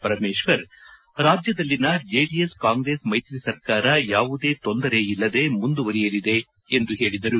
ಪರಮೇಶ್ವರ್ ರಾಜ್ಯದಲ್ಲಿನ JDS Congress ಮೈತ್ರಿ ಸರ್ಕಾರ ಯಾವುದೇ ತೊಂದರೆ ಇಲ್ಲದೆ ಮುಂದುವರೆಯಲಿದೆ ಎಂದು ಹೇಳಿದರು